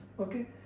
okay